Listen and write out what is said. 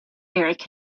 erik